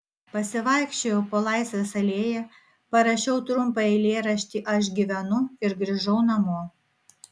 pasivaikščiojau po laisvės alėją parašiau trumpą eilėraštį aš gyvenu ir grįžau namo